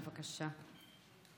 בבקשה.